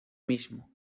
mismo